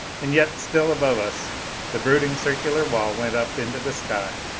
and yet still above us the brooding circular wall went up into the sky.